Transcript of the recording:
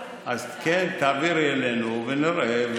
כן, תעבירי אלינו ונראה.